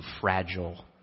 fragile